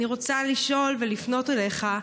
אני רוצה לשאול ולפנות אליך: